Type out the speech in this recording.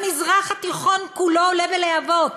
המזרח התיכון כולו עולה בלהבות,